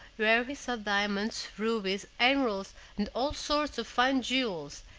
where he saw diamonds, rubies, emeralds and all sorts of fine jewels,